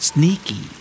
Sneaky